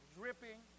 dripping